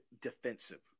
defensive